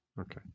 Okay